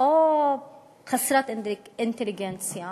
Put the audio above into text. או חסרת אינטליגנציה